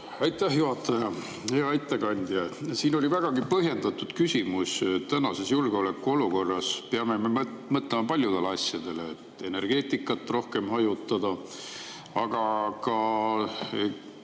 Aitäh, juhataja! Hea ettekandja! Siin oli vägagi põhjendatud küsimus. Tänases julgeolekuolukorras peame mõtlema paljudele asjadele, et energeetikat rohkem hajutada, aga